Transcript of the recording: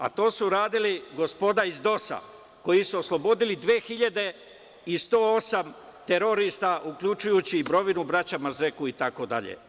A, to su radili gospoda iz DOS, koji su oslobodili 2.108 terorista, uključujući i Brovinu, braću Mazreku itd.